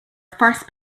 first